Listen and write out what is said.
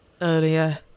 earlier